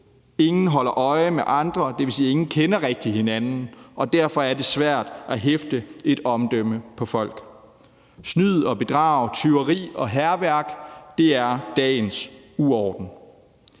Ingen holder øje med andre, hvilket vil sige, at ingen rigtig kender hinanden, og derfor er det svært at hæfte et omdømme på folk. Snyd og bedrag, tyveri og hærværk er dagens uorden.